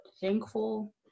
thankful